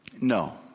No